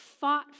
Fought